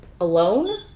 alone